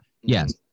yes